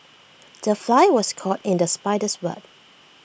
the fly was caught in the spider's web